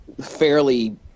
fairly